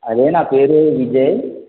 అదే నా పేరు విజయ్